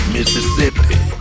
Mississippi